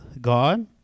God